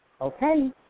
okay